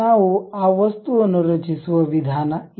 ನಾವು ಆ ವಸ್ತುವನ್ನು ರಚಿಸುವ ವಿಧಾನ ಇದು